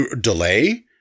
delay